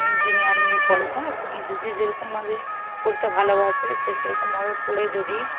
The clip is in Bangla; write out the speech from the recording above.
ইঞ্জিনিয়ার নিয়ে পড়ে সমস্ত কিছু যে যেরকমভাবে পড়তে ভালোবাসে সে সেরকমভাবে পড়ে যদি